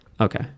okay